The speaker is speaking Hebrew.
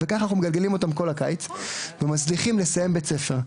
ככה אנחנו מגלגלים אותם כל הקיץ ומצליחים לסיים בית ספר,